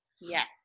Yes